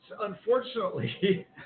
unfortunately